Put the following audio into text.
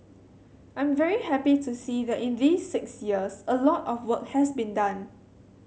I'm very happy to see that in these six years a lot of work has been done